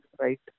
right